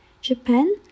Japan